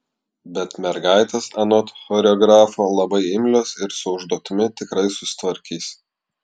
bet mergaitės anot choreografo labai imlios ir su užduotimi tikrai susitvarkys